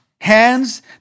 hands